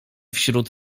wśród